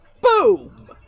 BOOM